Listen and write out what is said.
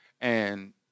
and-